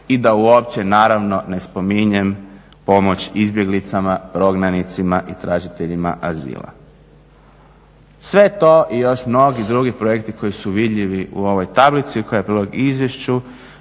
I da uopće naravno da ne spominjem izbjeglicama, prognanicima i tražiteljima azila. Sve to i mnogi drugi projekti koji su vidljivi u ovoj tablici koja je prilog izvješću